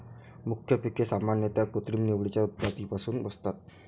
मुख्य पिके सामान्यतः कृत्रिम निवडीच्या उत्पत्तीपासून असतात